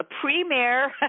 premier